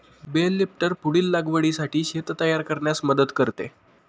bell lifter पुढील लागवडीसाठी शेत तयार करण्यास मदत करते